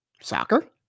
Soccer